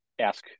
ask